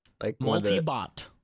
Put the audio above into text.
Multibot